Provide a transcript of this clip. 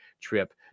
trip